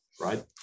right